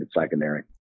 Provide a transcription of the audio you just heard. secondary